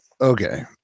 Okay